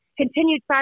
continued